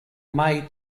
may